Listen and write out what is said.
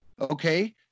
Okay